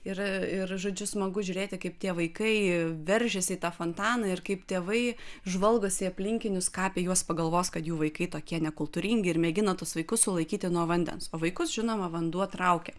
ir ir žodžiu smagu žiūrėti kaip tie vaikai veržiasi į tą fontaną ir kaip tėvai žvalgosi į aplinkinius ką apie juos pagalvos kad jų vaikai tokie nekultūringi ir mėgina tuos vaikus sulaikyti nuo vandens o vaikus žinoma vanduo traukia